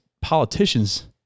politicians